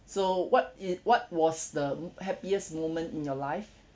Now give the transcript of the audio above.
so what is what was the m~ happiest moment in your life